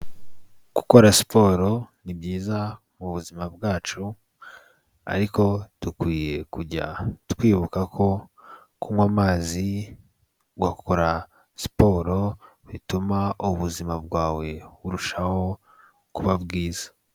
Gukora siporo ni byiza mu buzima bwacu ariko dukwiye kujya twibuka ko kunywa amazi ugakora siporo bituma ubuzima bwawe burushaho kuba bwiza.